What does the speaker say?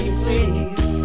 please